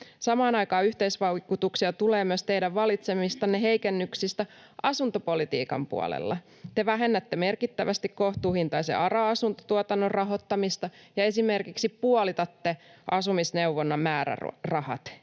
Samaan aikaan yhteisvaikutuksia tulee myös teidän valitsemistanne heikennyksistä asuntopolitiikan puolella. Te vähennätte merkittävästi kohtuuhintaisen ARA-asuntotuotannon rahoittamista ja esimerkiksi puolitatte asumisneuvonnan määrärahat,